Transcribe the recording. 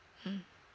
mmhmm